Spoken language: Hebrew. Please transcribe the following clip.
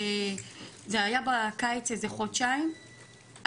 זה היה בקיץ לחודשיים,